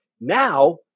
Now